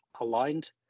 aligned